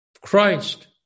Christ